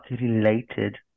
related